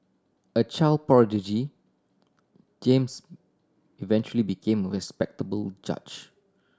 a child prodigy James eventually became respectable judge